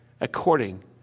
according